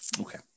Okay